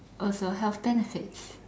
also health benefits